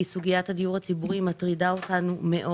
כי סוגיית הדיור הציבורי מטרידה אותנו מאוד.